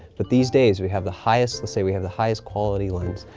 but these days, we have the highest, let's say we have the highest quality lens,